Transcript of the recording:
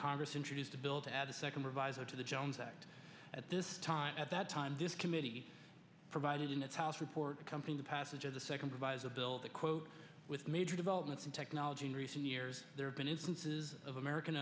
congress introduced a bill to add a second proviso to the jones act at this time at that time this committee provided in its house report the company the passage of the second provides a bill to quote with major developments in technology in recent years there have been instances of american